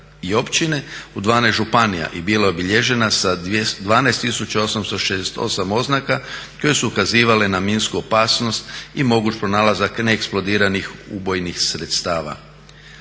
i općine u 12 županija i bila je obilježena sa 12.868 oznaka koje su ukazivale na minsku opasnost i moguć pronalazak neeksplodiranih ubojnih sredstava.